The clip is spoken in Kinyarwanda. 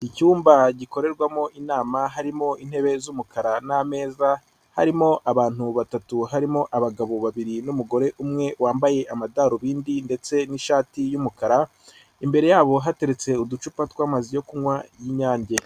Icyumba gikorerwamo inama harimo intebe z'umukara n'ameza, harimo abantu batatu harimo abagabo babiri n'umugore umwe wambaye amadarubindi ndetse n'ishati y'umukara. Imbere yabo hateretse uducupa tw'amazi yo kunywa y'inyange.